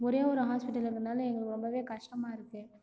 ஒரே ஒரு ஹாஸ்பிட்டல் இருக்கிறனால எங்களுக்கு ரொம்பவே கஷ்டமாயிருக்கு